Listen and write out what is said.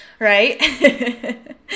right